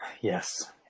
Yes